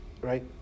right